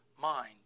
mind